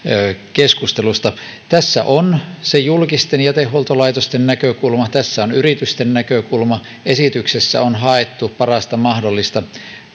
keskustelusta tässä on se julkisten jätehuoltolaitosten näkökulma tässä on yritysten näkökulma esityksessä on haettu parasta mahdollista